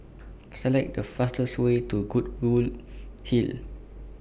Select The fastest Way to Goodwood Hill